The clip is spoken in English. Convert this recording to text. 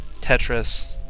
Tetris